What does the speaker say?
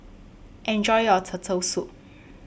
Enjoy your Turtle Soup